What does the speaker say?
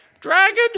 dragon